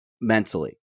mentally